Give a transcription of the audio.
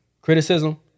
Criticism